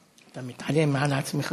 אתה מתעלה על עצמך.